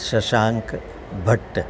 Shashank Bhatt